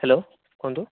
hello କୁହନ୍ତୁ